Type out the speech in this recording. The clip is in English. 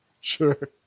Sure